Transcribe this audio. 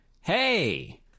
Hey